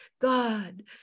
God